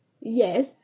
Yes